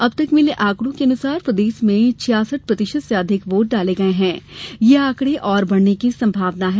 अब तक मिले आंकड़ों के अनुसार छियासठ प्रतिशत से अधिक वोट डाले गये हैं ये आंकड़े बढ़ने की संभावना है